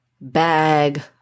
bag